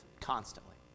constantly